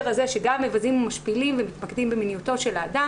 הזה שהם מבזים ומשפילים ומתמקדים במיניותו של האדם